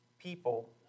people